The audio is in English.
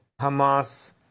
Hamas